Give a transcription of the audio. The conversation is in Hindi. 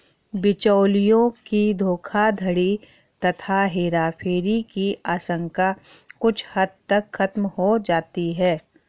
बिचौलियों की धोखाधड़ी तथा हेराफेरी की आशंका कुछ हद तक खत्म हो जाती है